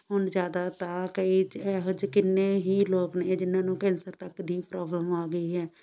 ਹੁਣ ਜ਼ਿਆਦਾ ਤਾਂ ਕਈ ਚ ਇਹੋ ਜਿਹੇ ਕਿੰਨੇ ਹੀ ਲੋਕ ਨੇ ਜਿਹਨਾਂ ਨੂੰ ਕੈਂਸਰ ਤੱਕ ਦੀ ਪ੍ਰੋਬਲਮ ਆ ਗਈ ਹੈ